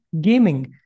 gaming